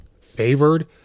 favored